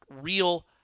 real